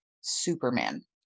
superman